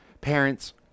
Parents